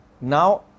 Now